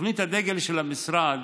תוכנית הדגל של המשרד